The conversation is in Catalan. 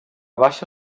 baixa